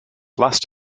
last